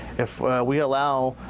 if we allow